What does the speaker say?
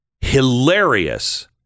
Hilarious